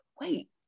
wait